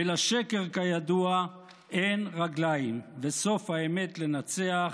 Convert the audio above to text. ולשקר כידוע אין רגליים, וסוף האמת לנצח,